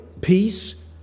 peace